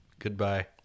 Goodbye